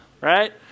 right